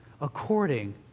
according